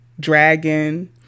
Dragon